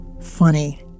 funny